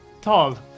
tall